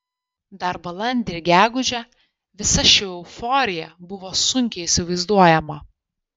dar balandį ir gegužę visa ši euforija buvo sunkiai įsivaizduojama